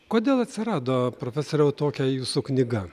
kodėl atsirado profesoriau tokia jūsų knyga